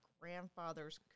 grandfather's